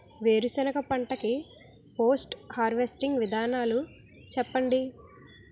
వేరుసెనగ పంట కి పోస్ట్ హార్వెస్టింగ్ విధానాలు చెప్పండీ?